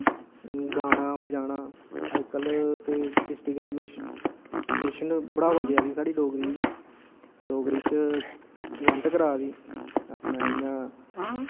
गाना बजाना अजकल्ल ते डिस्ट्रिक एडमनिस्ट्रैशन बढ़ावा देआ दी साढ़ी डोगरी गी बी डोगरी च इवैंट करा दी अपना इ'यां